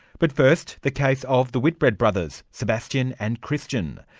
but first, the case of the whitbread brothers, sebastian and christian.